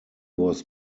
was